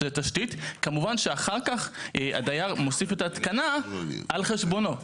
כמובן שאחר כך הדייר מוסיף את ההתקנה על חשבונו.